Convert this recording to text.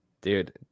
Dude